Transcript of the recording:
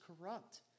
corrupt